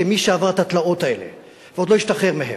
כמי שעבר את התלאות האלה ועוד לא השתחרר מהן,